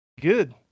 Good